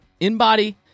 InBody